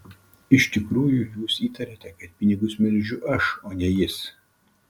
iš tikrųjų jūs įtariate kad pinigus melžiu aš o ne jis